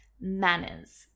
manners